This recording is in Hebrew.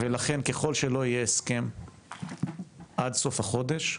ולכן, ככל שלא יהיה הסכם שכר עד סוף החודש,